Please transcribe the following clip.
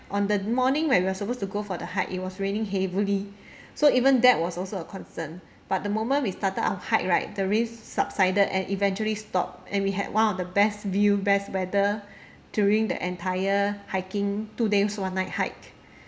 on the morning where we are supposed to go for the hike it was raining heavily so even that was also a concern but the moment we started our hike right the rain subsided and eventually stopped and we had one of the best view best weather during the entire hiking two days one night hike